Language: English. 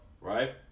right